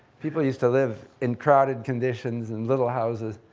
people used to live in crowded conditions in little houses,